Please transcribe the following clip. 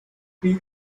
three